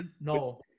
No